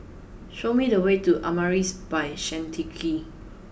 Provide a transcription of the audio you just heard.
show me the way to Amaris by Santika